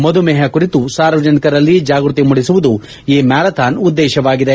ಮಧುಮೇಪ ಕುರಿತು ಸಾರ್ವಜನಿಕರಲ್ಲಿ ಜಾಗೃತಿ ಮೂಡಿಸುವುದು ಈ ಮ್ಖಾರಥಾನ್ ಉದ್ದೇಶವಾಗಿದೆ